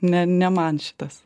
ne ne man šitas